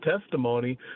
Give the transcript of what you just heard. testimony